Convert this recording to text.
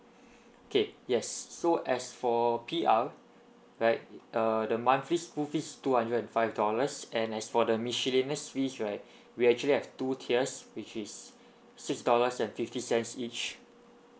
okay yes so as for P_R right uh the monthly school fees two hundred and five dollars and as for the miscellaneous fees right we actually have two tiers which is six dollars and fifty cents each